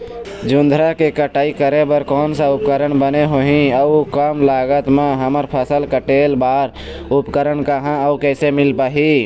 जोंधरा के कटाई करें बर कोन सा उपकरण बने होही अऊ कम लागत मा हमर फसल कटेल बार उपकरण कहा अउ कैसे मील पाही?